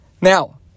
Now